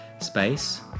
space